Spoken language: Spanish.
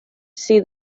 sea